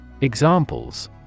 Examples